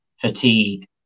fatigue